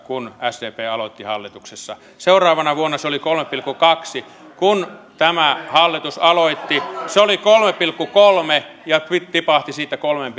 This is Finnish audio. kun sdp aloitti hallituksessa seuraavana vuonna se oli kolme pilkku kaksi kun tämä hallitus aloitti se oli kolme pilkku kolme ja tipahti siitä kolmeen